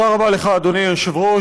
תודה רבה לך, אדוני היושב-ראש.